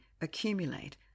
accumulate